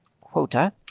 quota